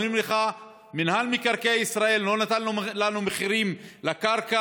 אומרים לך: מינהל מקרקעי ישראל לא נתן לנו מחירים לקרקע,